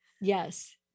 Yes